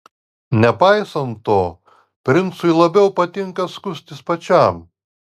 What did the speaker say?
nepaisant to princui labiau patinka skustis pačiam